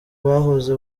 bahoze